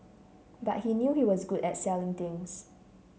but he knew he was good at selling things